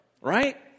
Right